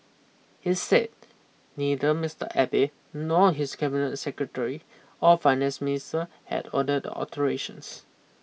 he said neither Mister Abe nor his cabinet secretary or finance minister had ordered alterations